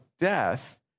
death